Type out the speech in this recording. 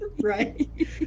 right